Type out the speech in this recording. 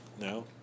no